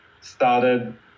started